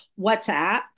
WhatsApp